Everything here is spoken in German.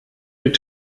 mit